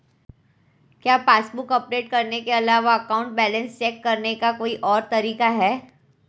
क्या passbook update करने के अलावा अकाउंट बैलेंस चेक करने का कोई और तरीका है?